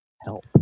help